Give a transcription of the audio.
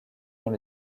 dans